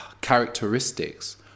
characteristics